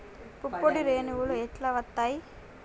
పుప్పొడి రేణువులు ఎట్లా వత్తయ్?